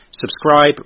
Subscribe